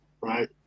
right